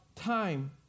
time